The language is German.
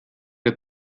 der